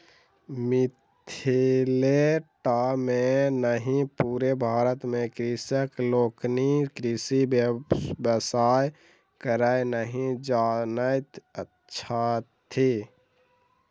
मिथिले टा मे नहि पूरे भारत मे कृषक लोकनि कृषिक व्यवसाय करय नहि जानैत छथि